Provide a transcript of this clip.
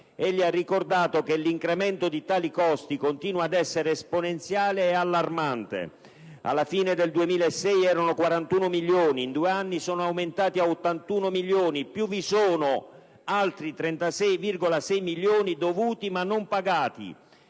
Egli ha ricordato che l'incremento di tali costi continua ad essere esponenziale e allarmante: alla fine del 2006, erano 41 milioni; in due anni, sono aumentati a 81 milioni. In più vi sono altri 36,6 milioni dovuti ma non pagati.